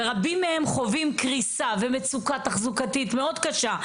ורבים מהם חווים קריסה ומצוקה תחזוקתית מאוד קשה,